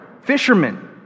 fishermen